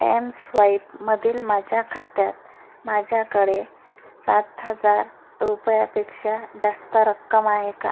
एमस्वाईपमधील माझ्या खात्यात माझ्याकडे सात हजार रुपयापेक्षा जास्त रक्कम आहे का